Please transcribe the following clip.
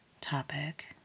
topic